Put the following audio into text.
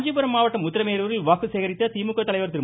காஞ்சிபுரம் மாவட்டம் உத்திரமேரூரில் வாக்கு சேகரித்த திமுக தலைவர் திரு